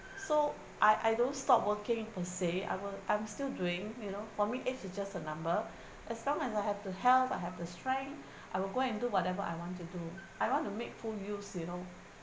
so I I don't stop working per se I will I'm still doing you know for me age is just a number as long as I have the health I have the strength I will go and do whatever I want to do I want to make full use you know